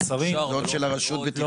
זאת של הרשות בטיחות?